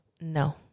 No